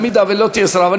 אם לא תהיה שרה.